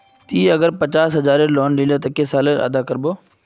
ती अगर पचास हजारेर लोन लिलो ते कै साले अदा कर बो?